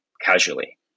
casually